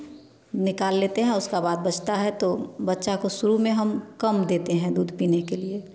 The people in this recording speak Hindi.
निकाल लेते हैं उसके बाद बचता है तो बच्चा को शुरू में हम कम देते हैं दूध पीने के लिए